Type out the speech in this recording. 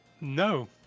No